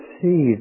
see